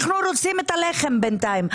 אנחנו רוצים את הלחם בינתיים.